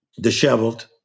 disheveled